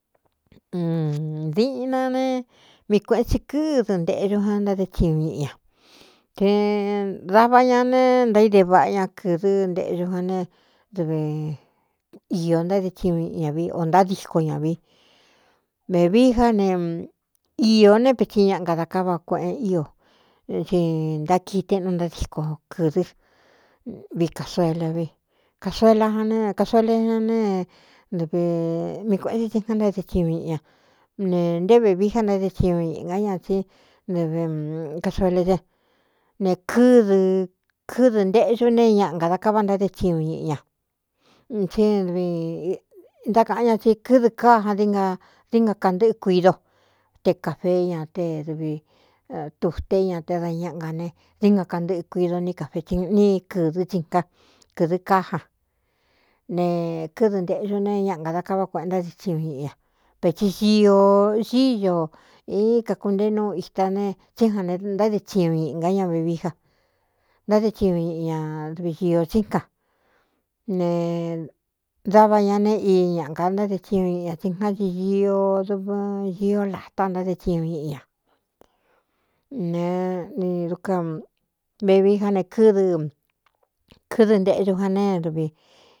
Diꞌna ne mii kuēꞌen tsi kɨ́dɨ nteꞌxu jan ntáde chiñu ñiꞌi ña te dava ña ne ntaíde vaꞌa ña kɨ̄dɨ́ nteꞌxu jan ne dɨvi iō ntáde chiñu ñiꞌi ña vi o ntádíko ñā vi vevií já ne īō né vetsi ñaꞌnga da kává kueꞌen ío tsi ntákii té nú ntádiko kɨdɨ́ vi kasoela vi kasoela kasoele ña ne vimi kuēꞌen tsin tsi ká ntáde chiñu ñiꞌi ña ne nté vevií á ntáde chiñu ñꞌ ná ña tsí ɨvi kasoelé ne kɨdɨ kɨdɨ nteꞌxu ne é ñaꞌnga da kává ntádé chiñu ñiꞌi ña tsí vi ntákāꞌan ña tsi kɨdɨ káa ja dií na di ngakantɨ́ꞌɨ kuido te kāfeé ña te dɨvi tuté ña te da ñáꞌaga ne dií ngakantɨꞌɨ kuido ní kafee si ní kɨdɨ́ tsinka kɨ̄dɨ kája ne kɨ́dɨ nteꞌyu ne é ñaꞌanga da kaváa kueꞌen ntáde thiñu ñiꞌi ña vetsi siō ñío īn kakunteé núu ita ne tsí jan ne ntáde chiñu ñiꞌi nga ña vvií a ntádé chiñu ñiꞌi ña dɨvi ñīō tsí ka ne dava ña ne i ñaꞌga ntáde chiñu ñiꞌi ñā tsi jgánci io duvɨn io latá ntáde chiñu ñiꞌi ña neni dukan vevií já ne kɨ́dɨ kɨdɨ nteꞌxu jan ne dɨvi.